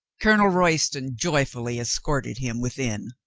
colonel royston joyfully escorted him within.